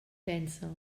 pensa